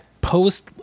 post